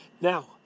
Now